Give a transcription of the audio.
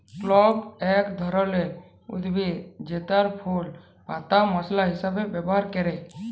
clove এক ধরলের উদ্ভিদ জেতার ফুল পাতা মশলা হিসাবে ব্যবহার ক্যরে